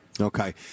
Okay